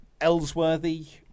Ellsworthy